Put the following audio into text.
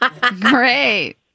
Great